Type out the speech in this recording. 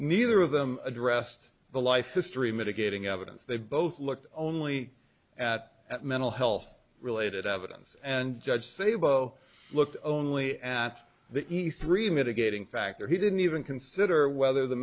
neither of them addressed the life history mitigating evidence they both looked only at that mental health related evidence and judge say both looked only at the e three mitigating factor he didn't even consider whether the